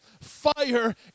fire